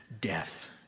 death